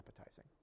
appetizing